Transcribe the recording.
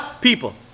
people